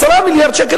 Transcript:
10 מיליארד שקל,